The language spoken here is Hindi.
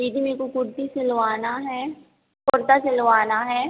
दीदी मेरे को कुर्ती सिलवाना है कुर्ता सिलवाना है